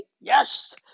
Yes